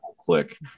click